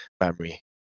memory